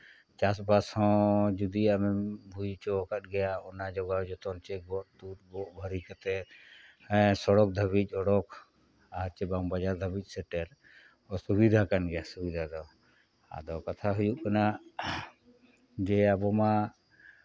ᱪᱟᱥᱵᱟᱥ ᱦᱚᱸ ᱡᱩᱫᱤ ᱟᱢᱮᱢ ᱦᱩᱭ ᱦᱚᱪᱚ ᱠᱟᱜ ᱜᱮᱭᱟ ᱚᱱᱟ ᱡᱚᱜᱟᱣ ᱡᱚᱛᱚᱱ ᱪᱮ ᱜᱚᱜ ᱛᱩᱫ ᱜᱚᱜ ᱵᱷᱟᱹᱨᱤ ᱠᱟᱛᱮᱫ ᱥᱚᱲᱚᱠ ᱫᱷᱟᱹᱵᱤᱡ ᱚᱰᱚᱠ ᱟᱨ ᱪᱮ ᱵᱟᱡᱟᱨ ᱫᱷᱟᱹᱵᱤᱡ ᱥᱮᱴᱮᱨ ᱚᱥᱩᱵᱤᱫᱷᱟ ᱠᱟᱱ ᱜᱮᱭᱟ ᱚᱥᱩᱵᱤᱫᱷᱟ ᱫᱚ ᱟᱫᱚ ᱠᱟᱛᱷᱟ ᱦᱩᱭᱩᱜ ᱠᱟᱱᱟ ᱡᱮ ᱟᱵᱚ ᱢᱟ